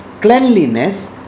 cleanliness